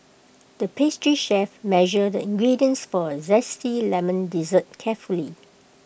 the pastry chef measured the ingredients for A Zesty Lemon Dessert carefully